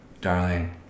darling